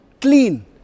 clean